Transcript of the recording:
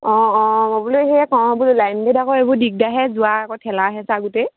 অঁ অঁ মই বোলে সেয়া চাওঁ বোলো লাইনত আকৌ এইবোৰ দিগদাৰে হে যোৱা আকৌ ঠেলা হেচা গোটেই